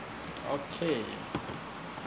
okay